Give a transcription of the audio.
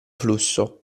flusso